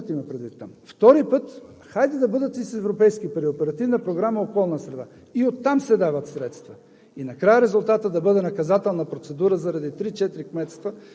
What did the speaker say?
Държавата веднъж е дала през ПУДООС пари, включително държавният бюджет имам предвид там. Втори път – хайде да бъдат и с европейски пари. От Оперативна програма „Околна среда“ и оттам се дават средства.